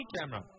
camera